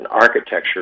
architecture